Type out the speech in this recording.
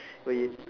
but he